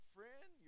Friend